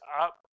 up